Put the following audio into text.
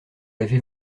l’avez